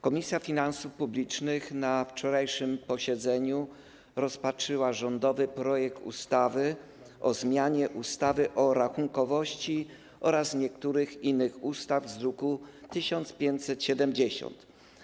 Komisja Finansów Publicznych na wczorajszym posiedzeniu rozpatrzyła rządowy projekt ustawy o zmianie ustawy o rachunkowości oraz niektórych innych ustaw z druku nr 1570.